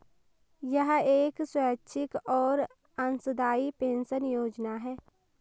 यह एक स्वैच्छिक और अंशदायी पेंशन योजना है